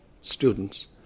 students